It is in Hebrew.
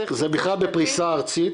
צריך תקצוב שני- -- זה בכלל לפריסה ארצית.